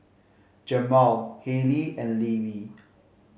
Jamaal Haley and Libby